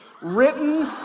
written